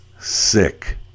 sick